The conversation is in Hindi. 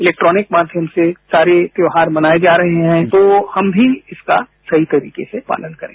इलेक्ट्रॉनिक माध्यम से सारे त्योहार मनाए जा रहे हैं तो हम भी इसका सही तरीके से पालन करें